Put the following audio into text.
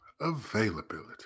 availability